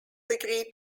degree